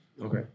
okay